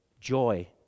joy